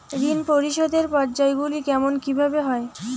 ঋণ পরিশোধের পর্যায়গুলি কেমন কিভাবে হয়?